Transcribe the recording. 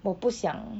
我不想